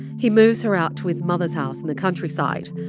he moves her out to his mother's house in the countryside,